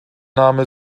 name